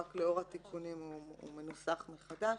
רק לאור התיקונים הוא מנוסח מחדש: